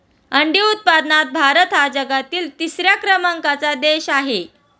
अंडी उत्पादनात भारत हा जगातील तिसऱ्या क्रमांकाचा देश आहे